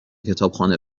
کتابخانه